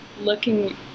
looking